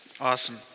Awesome